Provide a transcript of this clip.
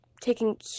taking